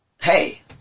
Hey